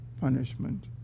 punishment